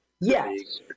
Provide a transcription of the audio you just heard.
Yes